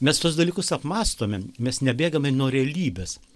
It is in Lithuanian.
mes tuos dalykus apmąstome mes nebėgame nuo realybės